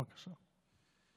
בבקשה.